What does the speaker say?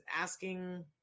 asking